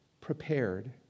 prepared